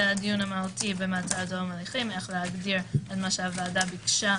הדיון המהותי במעצר עד תום ההליכים - איך להגדיר את מה שהוועדה ביקשה,